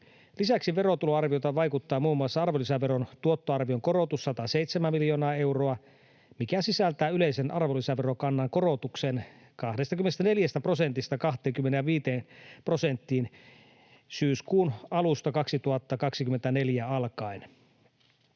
Lisäksi verotuloarvioon vaikuttaa muun muassa arvonlisäveron tuottoarvion korotus, 107 miljoonaa euroa, mikä sisältää yleisen arvonlisäverokannan korotuksen 24 prosentista 25,5 prosenttiin syyskuun alusta 2024 alkaen.